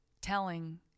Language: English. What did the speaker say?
telling